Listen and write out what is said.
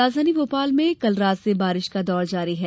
राजधानी भोपाल में कम रात से बारिश का दौर जारी है